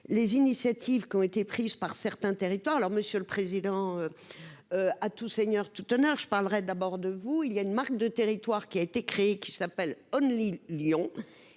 les initiatives qui ont été prises par certains territoires. Alors Monsieur le Président. À tout seigneur tout honneur, je parlerai d'abord de vous il y a une marque de territoire qui a été créé, qui s'appelle Only Lyon